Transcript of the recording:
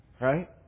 Right